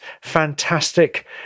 fantastic